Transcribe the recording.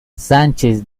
sánchez